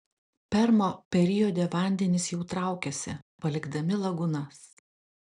permo periode vandenys jau traukiasi palikdami lagūnas